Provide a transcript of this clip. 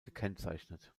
gekennzeichnet